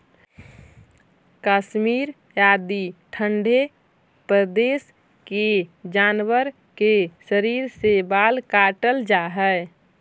कश्मीर आदि ठण्ढे प्रदेश के जानवर के शरीर से बाल काटल जाऽ हइ